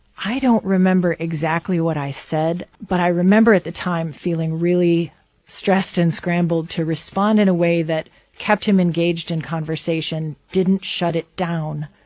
i don't remember exactly what i said, but i remember at the time feeling really stressed and scrambled to respond in a way that kept him engaged in conversation, didn't shut it down.